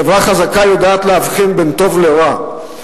חברה חזקה יודעת להבחין בין טוב לרע.